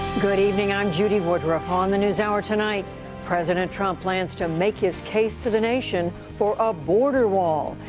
good evening. i'm judy woodruff. on the newshour tonight president trump plans to make his case to the nation for a border wall,